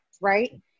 right